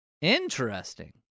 Interesting